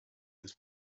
this